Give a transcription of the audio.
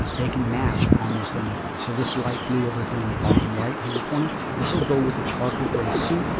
they can match almost anything so this light blue over here in the bottom right hand corner, this will go with the charcoal gray suit,